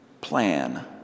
plan